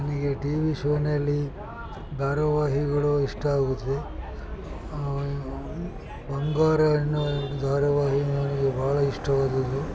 ನನಗೆ ಟಿವಿ ಶೋನಲ್ಲಿ ಧಾರಾವಾಹಿಗಳು ಇಷ್ಟ ಆಗುತ್ತದೆ ಬಂಗಾರ ಎನ್ನುವ ಧಾರಾವಾಹಿಯು ನನಗೆ ಬಹಳ ಇಷ್ಟವಾದದ್ದು